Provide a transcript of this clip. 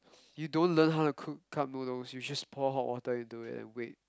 you don't learn how to cook cup noodles you just pour hot water into it and wait